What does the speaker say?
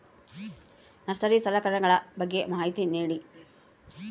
Nursery ಸಲಕರಣೆಗಳ ಬಗ್ಗೆ ಮಾಹಿತಿ ನೇಡಿ?